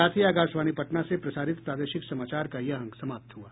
इसके साथ ही आकाशवाणी पटना से प्रसारित प्रादेशिक समाचार का ये अंक समाप्त हुआ